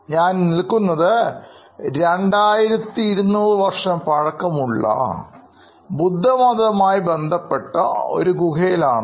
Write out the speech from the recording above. ഞാൻ നിൽക്കുന്നത് 2200 വർഷംപഴക്കമുള്ള ബുദ്ധമതവുമായി ബന്ധപ്പെട്ട ഗുഹയിൽ ആണ്